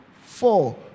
four